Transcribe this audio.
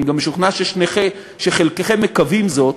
ואני גם משוכנע שחלקכם מקווים זאת,